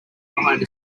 behind